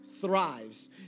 thrives